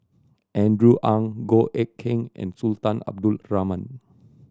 Andrew Ang Goh Eck Kheng and Sultan Abdul Rahman